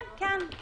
כן, בדיוק.